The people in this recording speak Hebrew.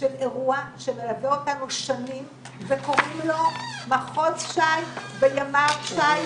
של אירוע שמלווה אותנו שנים וקוראים לו מחוז ש"י וימ"ר ש"י,